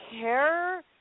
care